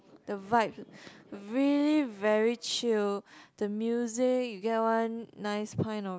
the vibe really very chill the music get one nice pint of